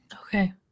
Okay